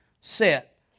set